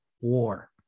war